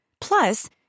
Plus